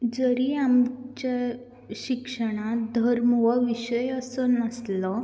जरी आमच्या शिक्षणांत धर्म हो विशय असो नासलो